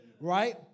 right